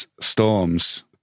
storms